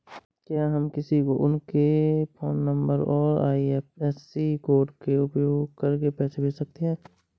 क्या हम किसी को उनके फोन नंबर और आई.एफ.एस.सी कोड का उपयोग करके पैसे कैसे भेज सकते हैं?